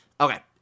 okay